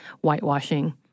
whitewashing